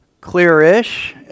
clear-ish